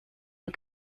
you